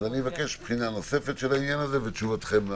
אז אני מבקש בחינה נוספת של העניין הזה ותשובתכם.